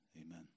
Amen